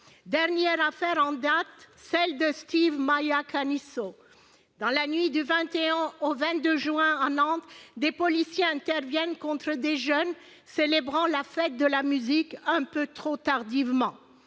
Dernière affaire en date, celle de Steve Maia Caniço. Dans la nuit du 21 au 22 juin, à Nantes, des policiers interviennent contre des jeunes célébrant la fête de la musique un peu trop tardivement.